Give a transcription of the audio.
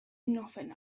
nothing